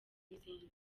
n’izindi